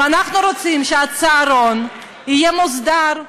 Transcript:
אנחנו רוצים שהצהרון יהיה מוסדר,